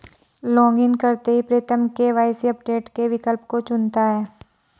login करते ही Pritam KYC update के विकल्प को चुनता है